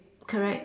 correct